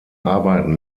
arbeiten